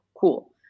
Cool